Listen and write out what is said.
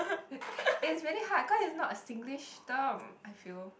it's really hard cause it's not a Singlish term I feel